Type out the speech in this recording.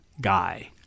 guy